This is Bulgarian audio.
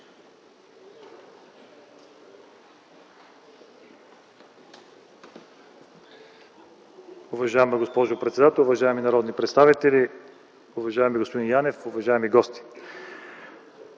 Уважаема госпожо председател, уважаеми народни представители, уважаеми господин